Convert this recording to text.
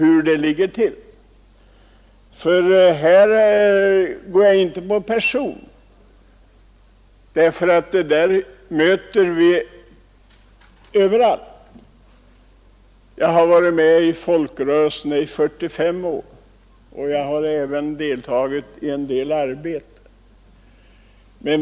Jag går här inte in på person, eftersom problemet finns överallt. Jag har varit med i folkrörelserna under 45 år och har även deltagit i åtskilligt politiskt arbete.